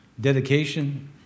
dedication